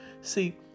See